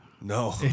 No